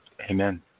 Amen